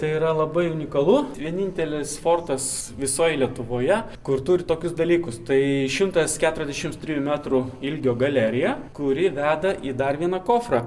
tai yra labai unikalu vienintelis fortas visoj lietuvoje kur turi tokius dalykus tai šimtas keturiasdešim trijų metrų ilgio galerija kuri veda į dar vieną kofrą